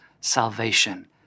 salvation